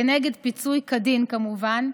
כנגד פיצוי כדין, כמובן,